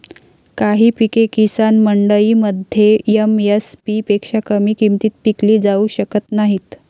काही पिके किसान मंडईमध्ये एम.एस.पी पेक्षा कमी किमतीत विकली जाऊ शकत नाहीत